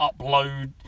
upload